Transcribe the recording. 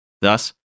Thus